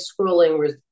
scrolling